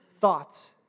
thoughts